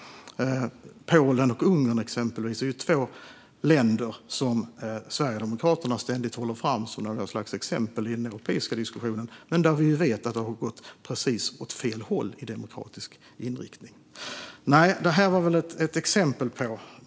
Polen och Ungern är två länder som Sverigedemokraterna ständigt håller fram som något slags exempel i den europeiska diskussionen, men vi vet ju att det har gått åt helt fel håll i dessa länder när det gäller den demokratiska inriktningen.